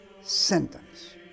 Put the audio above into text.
sentence